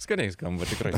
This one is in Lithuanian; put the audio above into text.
skaniai skamba tikrai